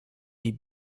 die